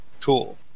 Cool